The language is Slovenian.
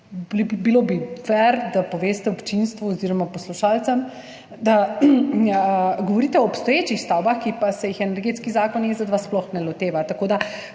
bi bilo, da poveste občinstvu oziroma poslušalcem, da govorite o obstoječih stavbah, ki pa se jih Energetski zakon (EZ-2) sploh ne loteva.